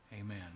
Amen